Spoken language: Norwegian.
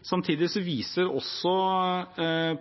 Samtidig viser